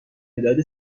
مداد